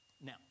Now